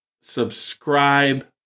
subscribe